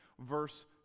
verse